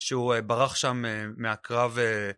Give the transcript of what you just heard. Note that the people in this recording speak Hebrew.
שהוא א...ברח שם אה... מהקרב אה...